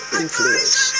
influence